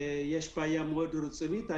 ויש בעיה מאוד רצינית.